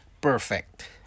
perfect